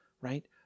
right